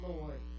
Lord